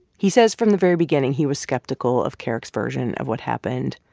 he says, from the very beginning, he was skeptical of kerrick's version of what happened.